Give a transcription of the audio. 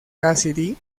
cassidy